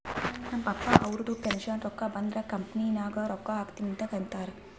ನಮ್ ಪಪ್ಪಾ ಅವ್ರದು ಪೆನ್ಷನ್ ರೊಕ್ಕಾ ಬಂದುರ್ ಕಂಪನಿ ನಾಗ್ ರೊಕ್ಕಾ ಹಾಕ್ತೀನಿ ಅಂತ್ ಅಂತಾರ್